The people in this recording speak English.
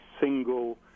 single